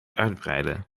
uitbreiden